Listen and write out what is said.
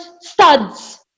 studs